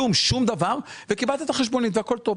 כלום, שום דבר, קיבלת את החשבונית והכול טוב.